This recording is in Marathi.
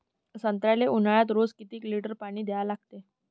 संत्र्याले ऊन्हाळ्यात रोज किती लीटर पानी द्या लागते?